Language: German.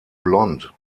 blonde